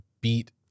beat